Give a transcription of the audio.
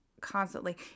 constantly